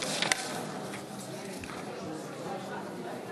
הן: בעד,